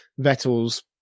Vettel's